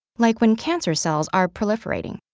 like when cancer cells are proliferating.